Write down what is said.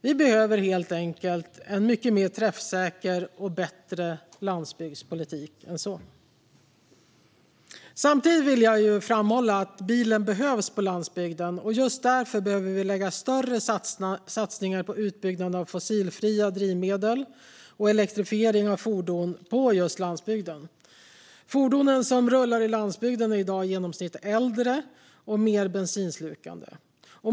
Vi behöver helt enkelt en mycket bättre och mer träffsäker landsbygdspolitik än så. Samtidigt vill jag framhålla att bilen behövs på landsbygden. Just därför behöver vi lägga större satsningar på utbyggnad av fossilfria drivmedel och elektrifiering av fordon på landsbygden. Fordonen som rullar på landsbygden är i dag i genomsnitt äldre och mer bensinslukande.